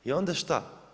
I onda šta?